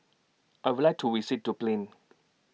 I Would like to visit Dublin